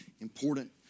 important